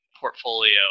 portfolio